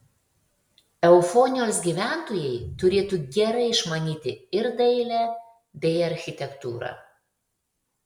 eufonijos gyventojai turėtų gerai išmanyti ir dailę bei architektūrą